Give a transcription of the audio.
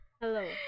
Hello